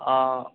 অঁ